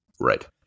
Right